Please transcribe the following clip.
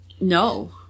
No